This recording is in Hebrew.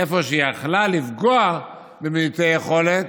איפה שהיא יכלה לפגוע במעוטי יכולת,